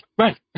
right